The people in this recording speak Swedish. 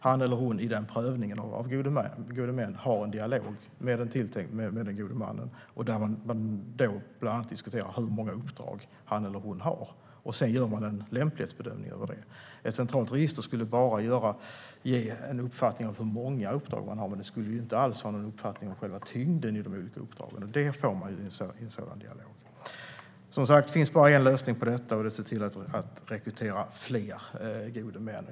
Han eller hon ska i prövningen av gode män ha en dialog med den tilltänkta gode mannen och bland annat diskutera hur många uppdrag han eller hon har. Sedan ska en lämplighetsbedömning göras. Ett centralt register skulle ge en uppfattning om hur många uppdrag en god man har, men det skulle inte ge en uppfattning om tyngden i uppdragen. Det kommer fram i en dialog. Det finns bara en lösning, nämligen att rekrytera fler gode män.